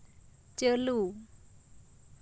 ᱪᱟᱹᱞᱩ